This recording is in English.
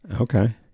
Okay